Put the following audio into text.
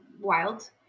Wild